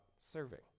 serving